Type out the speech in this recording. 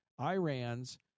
Iran's